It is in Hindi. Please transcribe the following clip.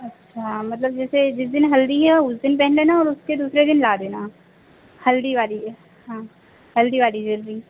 अच्छा मतलब जैसे जिस दिन हल्दी है उस दिन पहन लेना और उसके दूसरे दिन ला देना हल्दी वाली यह हाँ हल्दी वाली ज्वेलरी